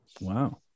Wow